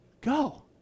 go